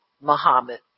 Muhammad